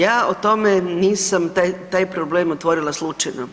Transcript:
Ja o tome nisam taj problem otvorila slučajno.